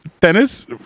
tennis